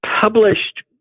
published